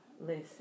Listen